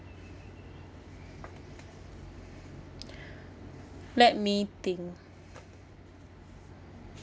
let me think